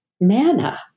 manna